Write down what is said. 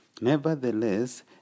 Nevertheless